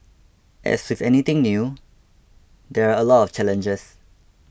as with anything new there are a lot of challenges